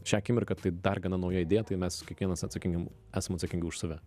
šią akimirką tai dar gana nauja idėja tai mes kiekvienas atsakingi esam atsakingi už save